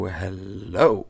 hello